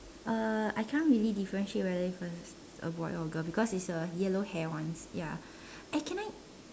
uh I can't really differentiate whether if it's a boy or a girl because it's a yellow hair one ya and can I